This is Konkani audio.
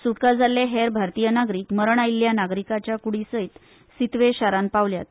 सुटका जाल्ले हेर भारतीय नागरीक मरण आयिल्ल्या नागरिकाच्या कुडी सयत सितवे शारांत पावल्यात